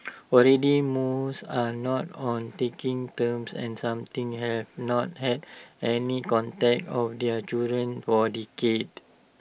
already most are not on taking terms and something have not had any contact of their children for decades